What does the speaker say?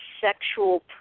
sexual